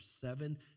seven